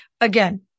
again